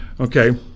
Okay